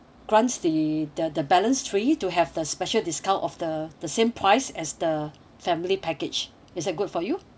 grants the the the balance three to have a special discount of the the same price as the family package is it good for you